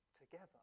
together